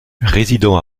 résidant